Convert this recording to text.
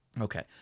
Okay